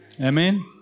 Amen